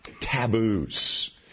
taboos